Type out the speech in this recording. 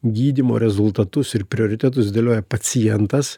gydymo rezultatus ir prioritetus dėlioja pacientas